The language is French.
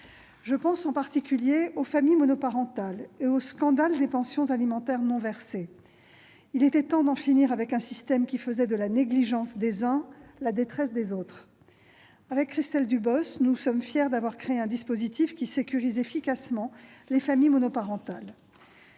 Je pense, en particulier, aux familles monoparentales et au scandale des pensions alimentaires non versées. Il était temps d'en finir avec un système qui faisait de la négligence des uns la détresse des autres. Christelle Dubos et moi-même sommes fières d'avoir créé un dispositif qui sécurise efficacement les familles monoparentales.